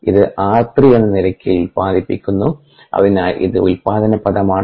ഇത് r3 എന്ന നിരക്കിൽ ഉൽപാദിപ്പിക്കുന്നു അതിനാൽ ഇത് ഉല്പാദന പദമാണ്